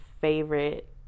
favorite